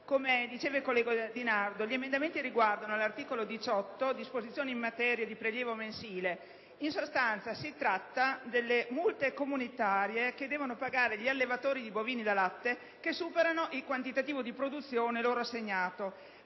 affermato il collega Di Nardo, gli emendamenti riguardano l'articolo 18 recante «Disposizioni in materia di prelievo mensile». In sostanza, si tratta delle multe comunitarie che devono pagare gli allevatori di bovini da latte che superano il quantitativo di produzione loro assegnato.